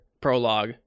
prologue